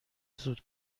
زود